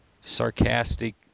sarcastic